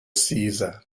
caesar